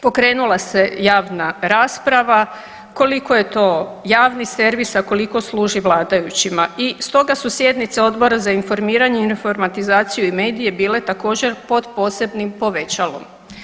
Pokrenula se javna rasprava koliko je to javni servis, a koliko služi vladajućima i stoga su sjednice Odbora za informiranje, informatizaciju i medije bile također pod posebnim povećalom.